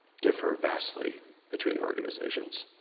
differ vastly between organizations.